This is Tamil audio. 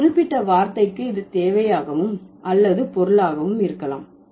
இந்த குறிப்பிட்ட வார்த்தைக்கு இது தேவையாகவும் அல்லது அதன் பொருளாகவும் இருக்கலாம்